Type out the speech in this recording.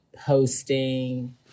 posting